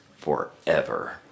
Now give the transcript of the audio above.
forever